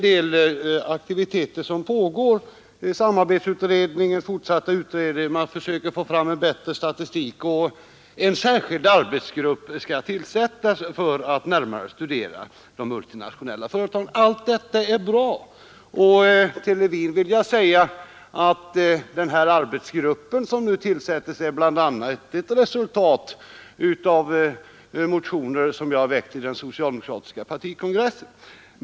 Det sker en fortsatt utredning, man försöker få fram en bättre statistik, och en särskild arbetsgrupp skall tillsättas för att närmare studera de multinationella företagen. Allt detta är bra. Till herr Levin vill jag säga att den arbetsgrupp som nu tillsätts bl.a. är ett resultat av motioner som jag har väckt till den socialdemokratiska partikongressen.